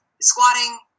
squatting